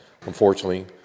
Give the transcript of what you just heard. unfortunately